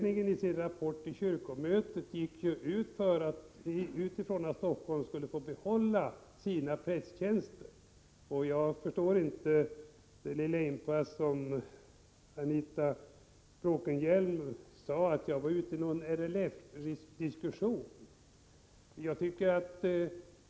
I sin rapport till kyrkomötet utgick utredningen från att Helsingfors skulle få behålla sina prästtjänster. Jag förstår inte vad Anita Bråkenhielm menade med att jag var ute i något slags LRF-diskussion.